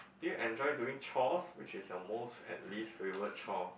do you enjoy doing chores which is your most and least favorite chore